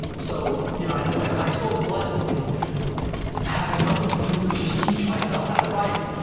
so yeah i i saw the blessing in having nothing to do but just teach myself how to write,